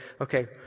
okay